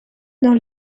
dans